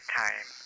time